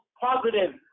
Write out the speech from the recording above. positive